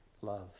love